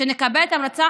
שמכבד אותם,